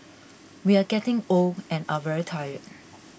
we are getting old and are very tired